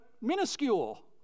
minuscule